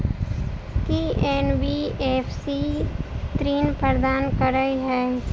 की NBFC ऋण प्रदान करे है?